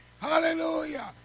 Hallelujah